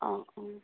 অঁ অঁ